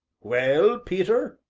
well, peter?